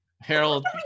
Harold